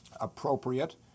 appropriate